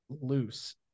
loose